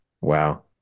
wow